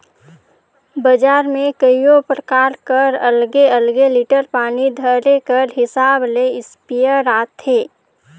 बजार में कइयो परकार कर अलगे अलगे लीटर पानी धरे कर हिसाब ले इस्पेयर आथे